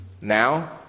now